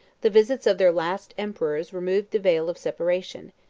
the visits of their last emperors removed the veil of separation,